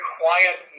quiet